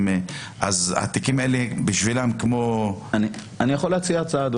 אני יכול להציע הצעה.